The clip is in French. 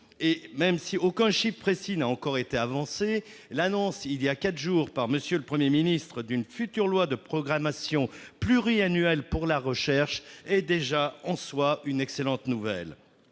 et même si aucun chiffre précis n'a encore été avancé, l'annonce par M. le Premier ministre, voilà quatre jours, d'une future loi de programmation pluriannuelle pour la recherche est déjà, en soi, une excellente nouvelle.